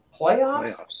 Playoffs